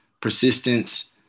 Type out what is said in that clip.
persistence